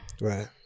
right